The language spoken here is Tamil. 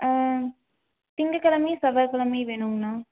ஆ திங்கக்கிழமையும் செவ்வாக்கிழமையும் வேணும்ங்கண்ணா